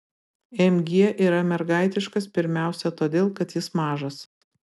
mg yra mergaitiškas pirmiausia todėl kad jis mažas